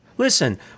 Listen